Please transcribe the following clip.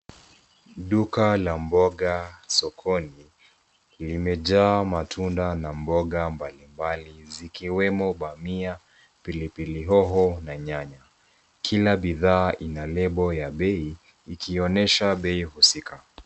Duka la mboga sokoni limejaa matunda na mboga mbalimbali zikiwemo dania, pilipili hoho na nyanya. Kila bidhaa ina lebo ya bei ikionyesha bei husika.